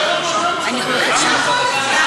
אדוני.